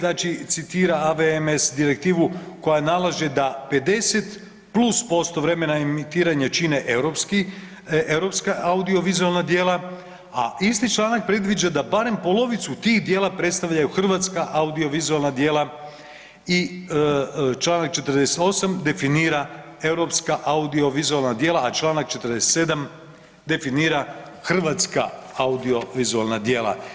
Znači citira AVMS direktivu koja nalaže da 50 plus posto vremena emitiranja čine europski, europska audiovizualna djela, a isti članak predviđa da barem polovicu tih djela predstavljaju hrvatska audiovizualna djela i Članak 48. definira europska audiovizualna djela, a Članak 47. definira hrvatska audiovizualna djela.